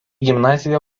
gimnaziją